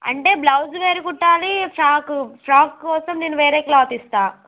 అంటే బ్లౌజ్ వేరే కుట్టాలీ ఫ్రాకు ఫ్రాక్ కోసం నేను వేరే క్లాత్ ఇస్తాను